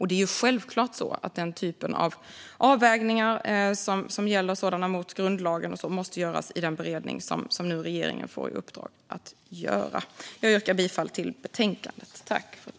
Det är självklart så att den typen av avvägningar som gäller sådant som går emot grundlagen måste göras i den beredning som regeringen nu får i uppdrag att göra. Jag yrkar bifall till förslaget i betänkandet.